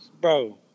bro